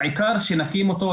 העיקר שנקים אותו,